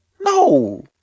No